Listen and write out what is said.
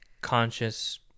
conscious